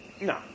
No